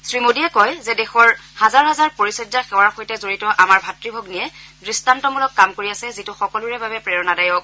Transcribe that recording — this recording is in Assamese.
শ্ৰীমোদীয়ে কয় যে দেশৰ হাজাৰ হাজাৰ পৰিচৰ্য্যা সেৱাৰ সৈতে জড়িত আমাৰ ভাতৃ ভগ্নীয়ে দৃষ্টান্তমূলক কাম কৰি আছে যিটো সকলোৰে বাবে প্ৰেৰণা দায়ক